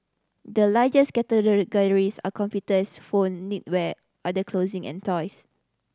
the largest categories are computers phone knitwear other clothing and toys